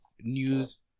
news